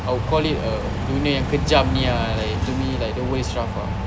I'll call it a dunia yang kejam ni ah like actually like the world is tough ah